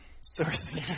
Sources